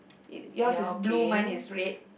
y~ yours is blue mine is red